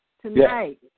tonight